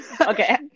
okay